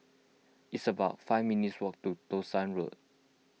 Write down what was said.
it's about five minutes' walk to Townshend Road